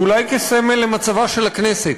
ואולי כסמל למצבה של הכנסת.